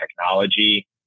technology